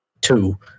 two